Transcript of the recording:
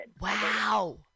Wow